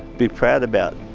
be proud about